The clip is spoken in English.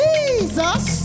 Jesus